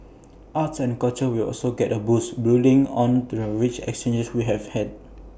arts and culture will also get A boost building on the rich exchanges we have had